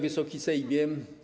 Wysoki Sejmie!